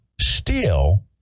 steel